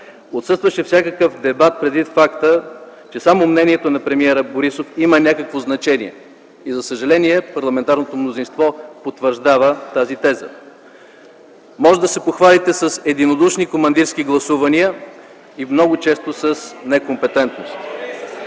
Отсъстваше всякакъв дебат поради факта, че само мнението на премиера Борисов има някакво значение. За съжаление парламентарното мнозинство потвърждава тази теза. Можете да се похвалите с единодушни командирски гласувания и много често с некомпетентност.